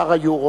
שער היורו,